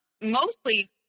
mostly